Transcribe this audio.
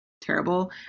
terrible